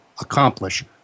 accomplish